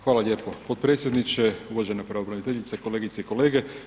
Hvala lijepo potpredsjedniče, uvažena pravobraniteljice, kolegice i kolege.